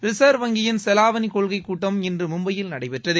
reserve வங்கியின் செவாவணி கொள்கை கூட்டம் இன்று மும்பையில் நடைபெற்றது